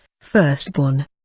firstborn